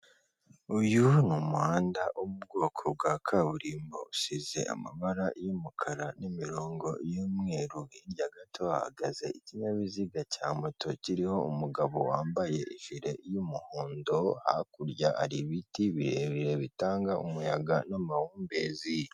Uyu ni umuhanda wo mu ubwoko bwa kaburimbo, usize amabara y'umukara n'imirongo y'umweru, hirya gato hahagaze ikinyabiziga cya moto kiriho umugabo wambaye ijire y'umuhondo, hakurya hari ibiti birebire bitanga umuyaga n'amahumbezi.